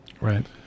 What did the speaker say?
right